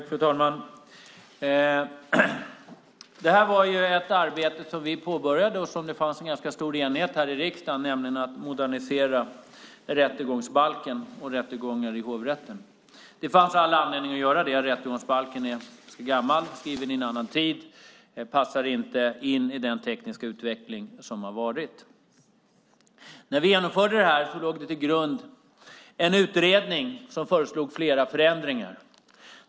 Fru talman! Detta var ett arbete som vi påbörjade och som det fanns en ganska stor enighet om här i riksdagen, nämligen att man skulle modernisera rättegångsbalken och rättegångar i hovrätten. Det fanns all anledning att göra det. Rättegångsbalken är ganska gammal och skriven i en annan tid. Den passar inte in i den tekniska utveckling som har varit. När vi genomförde detta fanns det en utredning som låg till grund för detta och som föreslog flera förändringar.